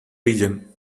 region